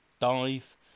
dive